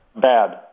Bad